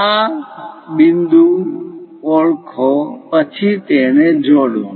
આ બિંદુ ઓળખો પછી તેને જોડો